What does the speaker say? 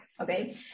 okay